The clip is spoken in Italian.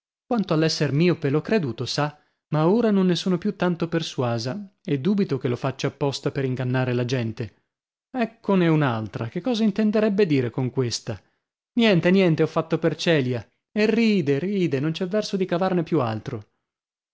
quanto all'esser miope l'ho creduto sa ma ora non ne sono più tanto persuasa e dubito che lo faccia a posta per ingannare la gente eccone un'altra che cosa intenderebbe di dire con questa niente niente ho fatto per celia e ride ride e non c'è verso di cavarne più altro